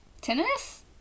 tennis